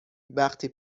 وقتی